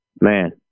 man